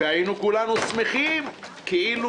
ושמחנו כאילו